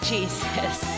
Jesus